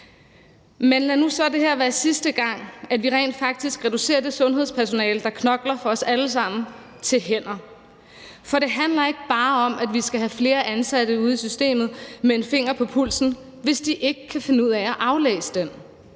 Men lad nu så det her være sidste gang, vi rent faktisk reducerer det sundhedspersonale, der knokler for os alle sammen, til hænder. For det handler ikke bare om, at vi skal have flere ansatte ude i systemet med en finger på pulsen, hvis de ikke kan finde ud af at aflæse den.